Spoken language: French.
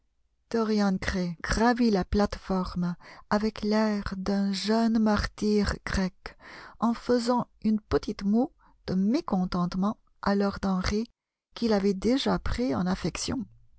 dorian gray gravit la plate-forme avec l'air d'un jeune martyr grec en faisant une petite moue de mécontentement à lord henry qu'il avait déjà pris en affection